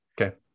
Okay